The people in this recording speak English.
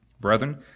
Brethren